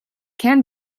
can